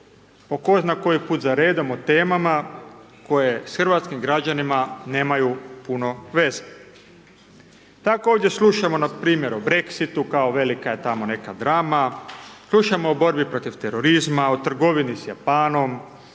tko zna koji put zaredom o temama koje s hrvatskim građanima nemaju puno veze. Tako ovdje slušamo na primjer o Brexitu, kao velika je tamo neka drama, slušamo o borbi protiv terorizma, o trgovini s Japanom,